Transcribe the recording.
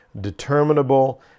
determinable